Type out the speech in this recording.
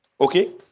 okay